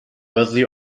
wesley